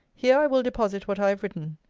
here i will deposit what i have written.